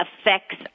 affects